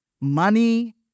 money